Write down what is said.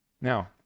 Now